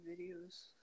videos